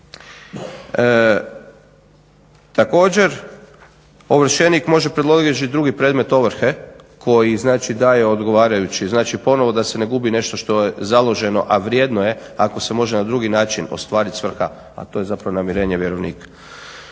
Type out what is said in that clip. Također ovršenik može predložiti drugi predmet ovrhe koji znači daje odgovarajući, znači ponovo da se ne gubi nešto što je založeno, a vrijedno je ako se može na drugi način ostvariti svrha, a to je zapravo namirenje vjerovnika.